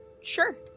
sure